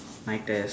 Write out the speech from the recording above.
mic test